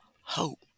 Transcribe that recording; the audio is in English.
Hope